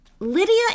Lydia